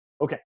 Okay